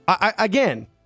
again